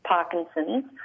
Parkinson's